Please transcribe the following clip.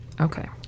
Okay